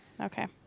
Okay